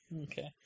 Okay